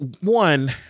One